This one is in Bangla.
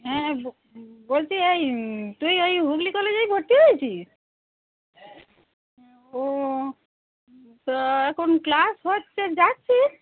হ্যাঁ বো বলছি এই তুই ওই হুগলি কলেজেই ভর্তি হয়েছিস ও তা এখন ক্লাস হচ্ছে যাচ্ছিস